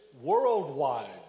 worldwide